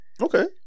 Okay